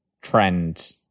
trend